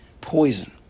poison